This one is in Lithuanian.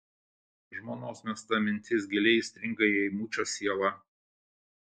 žmonos mesta mintis giliai įstringa į eimučio sielą